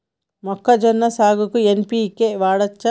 మొక్కజొన్న సాగుకు ఎన్.పి.కే వాడచ్చా?